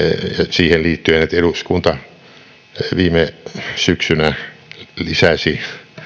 siihen liittyen että eduskunta viime syksynä lisäsi